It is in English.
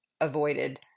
avoided